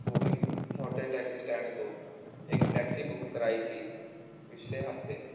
booking ਤੁਹਾਡੇ taxi stand ਤੋਂ ਇੱਕ ਟੈਕਸੀ ਬੁੱਕ ਕਰਵਾਈ ਸੀ ਪਿਛਲੇ ਹਫ਼ਤੇ